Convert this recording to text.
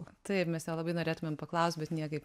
taip mes jo labai norėtumėm paklaust bet niekaip